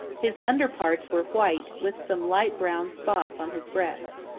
his under parts were white with some light brown spots on his breast.